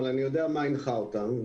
אבל אני יודע מה הנחה אותם.